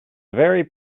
very